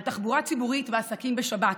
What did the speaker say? על תחבורה ציבורית ועסקים בשבת,